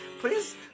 Please